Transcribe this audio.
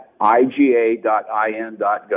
iga.in.gov